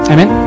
Amen